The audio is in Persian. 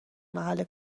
محل